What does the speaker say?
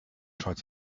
tried